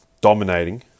dominating